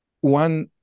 one